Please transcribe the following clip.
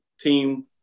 team